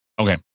Okay